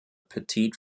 petite